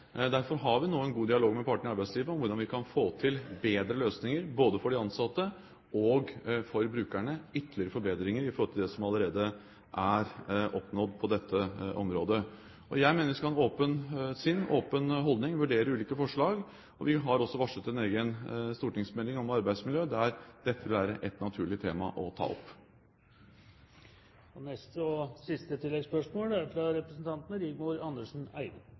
Derfor har vi nå en god dialog med partene i arbeidslivet om hvordan vi kan få til bedre løsninger, både for de ansatte og for brukerne – ytterligere forbedringer i forhold til det som allerede er oppnådd på dette området. Jeg mener vi skal ha et åpent sinn, en åpen holdning, og vurdere ulike forslag. Vi har også varslet en egen stortingsmelding om arbeidsmiljø, der dette vil være et naturlig tema å ta opp.